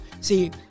see